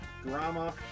drama